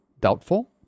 doubtful